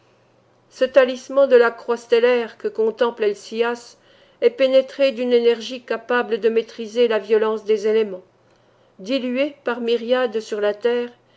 ce talisman de la croix stellaire que contemple helcias est pénétré d'une énergie capable de maîtriser la violence des éléments dilué par myriades sur la terre